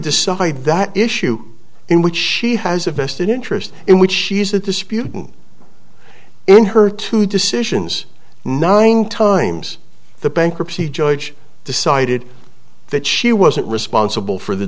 decide that issue in which she has a vested interest in which she's a disputant in her two decisions nine times the bankruptcy judge decided that she wasn't responsible for the